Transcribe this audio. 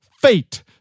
fate